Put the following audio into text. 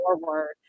forward